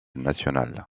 national